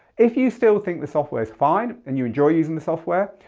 if you still think the software's fine, and you enjoy using the software,